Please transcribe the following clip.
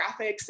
graphics